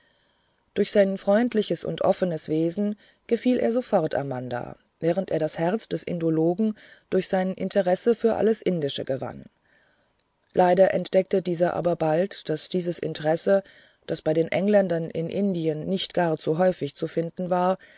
durch sein freundliches und offenes wesen gefiel er sofort amanda während er das herz des indologen durch sein interesse für alles indische gewann leider entdeckte dieser aber bald daß dieses interesse das bei den engländern in indien nicht gar zu häufig zu finden war